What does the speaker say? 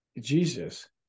Jesus